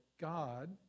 God